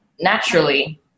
naturally